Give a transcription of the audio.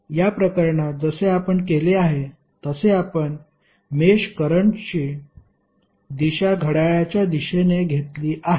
या प्रकरणात जसे आपण केले आहे तसे आपण मेष करंटची दिशा घड्याळाच्या दिशेने घेतली आहे